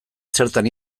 zertan